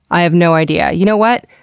i have no idea. you know what?